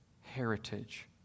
heritage